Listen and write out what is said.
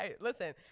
Listen